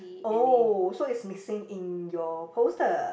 oh so it's missing in your poster